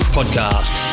Podcast